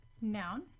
noun